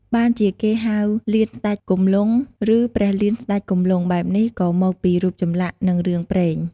បានជាគេហៅ លានស្តេចគំលង់ ឬព្រះលានស្តេចគំលង់ បែបនេះក៏មកពីរូបចម្លាក់និងរឿងព្រេង។